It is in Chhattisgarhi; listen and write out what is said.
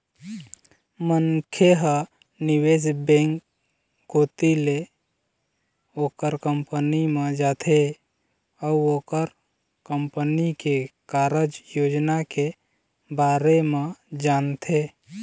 मनखे ह निवेश बेंक कोती ले ओखर कंपनी म जाथे अउ ओखर कंपनी के कारज योजना के बारे म जानथे